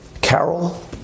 Carol